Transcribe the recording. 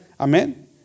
Amen